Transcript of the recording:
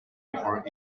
before